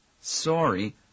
sorry